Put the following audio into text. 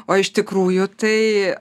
o iš tikrųjų tai